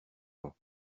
vent